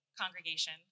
congregation